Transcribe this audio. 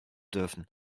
dürfen